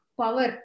power